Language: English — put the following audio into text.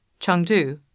Chengdu